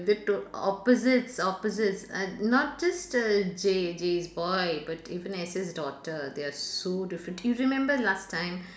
they two opposites opposites uh not just uh Jay Jay's boy but even as his daughter they are so different you remember last time